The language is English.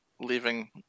leaving